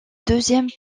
deuxième